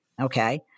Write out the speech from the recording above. Okay